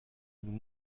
nous